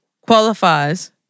qualifies